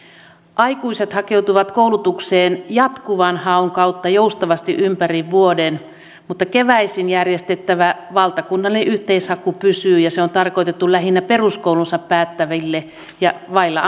aikuiset hakeutuvat koulutukseen jatkuvan haun kautta joustavasti ympäri vuoden mutta keväisin järjestettävä valtakunnallinen yhteishaku pysyy ja se on tarkoitettu lähinnä peruskoulunsa päättäville ja vailla